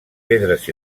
pedres